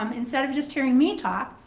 um instead of just hearing me talk,